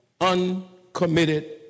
uncommitted